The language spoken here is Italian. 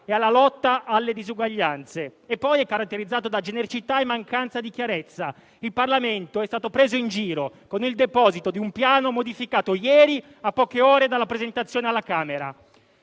e alla lotta alle disuguaglianze. È poi caratterizzato da genericità e mancanza di chiarezza. Il Parlamento è stato preso in giro con il deposito di un Piano modificato ieri, a poche ore dalla presentazione alla Camera.